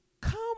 come